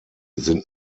sind